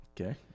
Okay